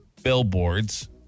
billboards